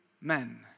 men